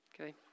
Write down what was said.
Okay